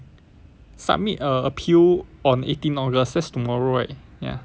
submit a appeal on eighteen august that's tomorrow right ya